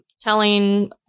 telling